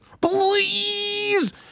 please